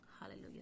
Hallelujah